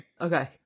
okay